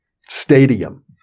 stadium